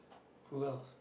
who else